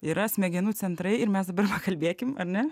yra smegenų centrai ir mes dabar pakalbėkim ar ne